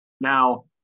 Now